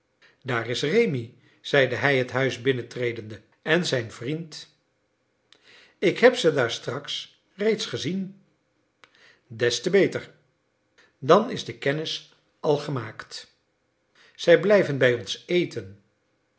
daar is rémi zeide hij het huis binnentredende en zijn vriend ik heb ze daar straks reeds gezien des te beter dan is de kennis al gemaakt zij blijven bij ons eten